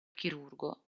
chirurgo